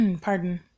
Pardon